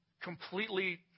completely